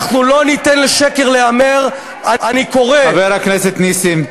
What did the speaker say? אנחנו לא ניתן לשקר להיאמר, חבר הכנסת נסים.